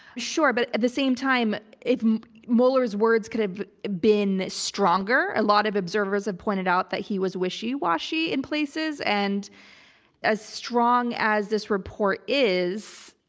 sure. but at the same time, if mueller's, words could have been stronger. a lot of observers have pointed out that he was wishy washy in places. and as strong as this report is,